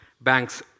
banks